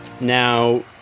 Now